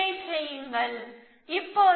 அதைத் தீர்க்க நாம் பயன்படுத்தும் வழிமுறைகள் யாவை